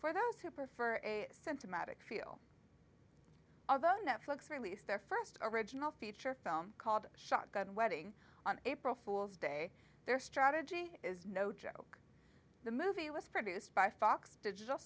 for those who prefer a cent to magic feel although netflix released their first original feature film called shotgun wedding on april fools day their strategy is no joke the movie was produced by fox digital